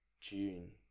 June